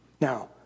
Now